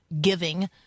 giving